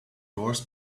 doors